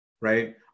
right